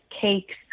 cakes